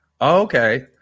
okay